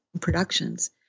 productions